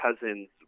Cousins